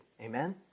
Amen